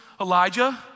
Elijah